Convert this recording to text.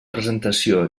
presentació